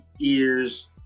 ears